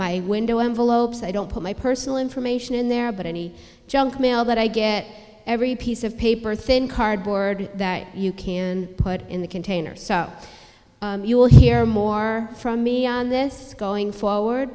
my window envelopes i don't put my personal information in there but any junk mail that i get every piece of paper thin cardboard that you can put in the container so you'll hear more from me on this going forward